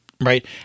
Right